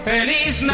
Feliz